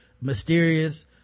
mysterious